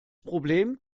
problem